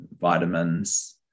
vitamins